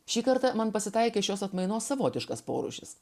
šį kartą man pasitaikė šios atmainos savotiškas porūšis